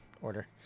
order